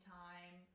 time